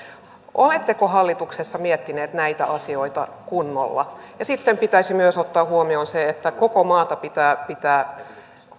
oletteko hallituksessa miettineet näitä asioita kunnolla sitten pitäisi ottaa huomioon myös se että koko maata pitää pitää